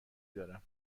دارم